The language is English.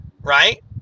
Right